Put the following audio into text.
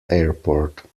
airport